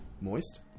Moist